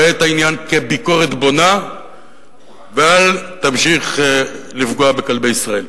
ראה את העניין כביקורת בונה ואל תמשיך לפגוע בכלבי ישראל.